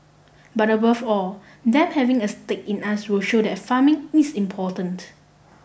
but above all them having a stake in us will show that farming is important